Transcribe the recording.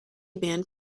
band